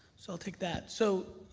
so i'll take that. so,